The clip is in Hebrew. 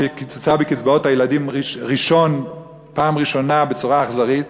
שקיצצה בקצבאות הילדים פעם ראשונה בצורה אכזרית,